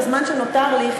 בזמן שנותר לי,